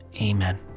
amen